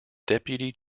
deputy